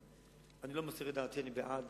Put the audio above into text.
אני לא מסתיר את דעתי, אני בעד